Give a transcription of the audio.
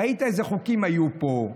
ראית איזה חוקים היו פה,